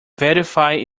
verify